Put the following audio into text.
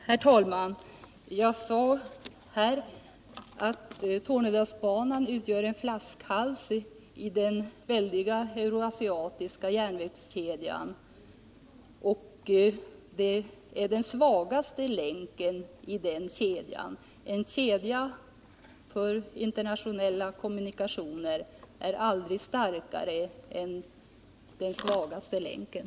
Herr talman! Jag sade att Tornedalsbanan utgör en flaskhals i den väldiga euroasiatiska järnvägskedjan. Det är den svagaste länken i en kedja av internationella kommunikationer. Och en kedja är aldrig starkare än den svagaste länken.